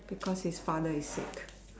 because his father is sick